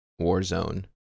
Warzone